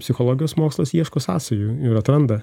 psichologijos mokslas ieško sąsajų ir atranda